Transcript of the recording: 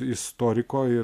istoriko ir